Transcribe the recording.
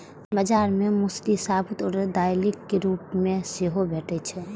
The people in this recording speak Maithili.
बाजार मे मौसरी साबूत आ दालिक रूप मे सेहो भैटे छै